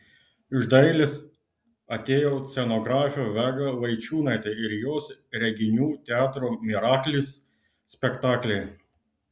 iš dailės atėjo scenografė vega vaičiūnaitė ir jos reginių teatro miraklis spektakliai